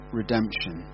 redemption